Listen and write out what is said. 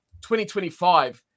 2025